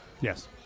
Yes